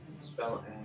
Spell